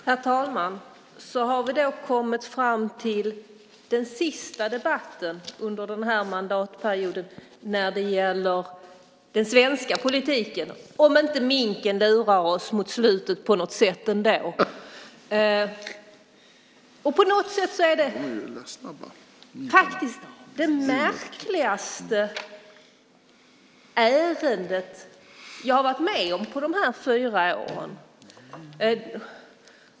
Herr talman! Så har vi då kommit fram till den sista debatten under den här mandatperioden när det gäller den svenska politiken - om inte minken lurar oss mot slutet på något sätt ändå! På något sätt är det här det märkligaste ärendet jag har varit med om dessa fyra år.